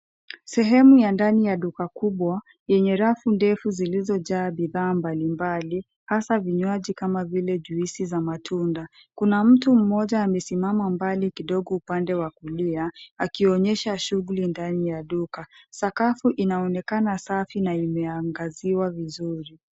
Sehemu ya ndani ya duka kubwa, yenye rafu ndefu zilizojaa bidhaa mbalimbali, hasa vinywaji kama vile juisi za matunda. Kuna mtu mmoja amesimama mbali kidogo upande wa kulia, akionyesha shughuli ndani ya duka. Sakafu inaonekana safi na imeagaziwa vizuri.